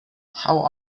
how